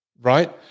Right